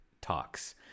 talks